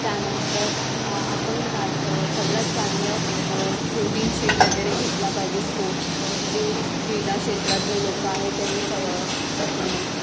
त्यानंतर आपन बात सगळ्यात चांगलं प्रोटीन शेक वगैरे घेतला पाहिजे स्पोर्ट्स जे क्रीडा क्षेत्रातले लोकं आहेत त्यांनी स